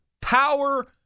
power